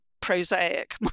prosaic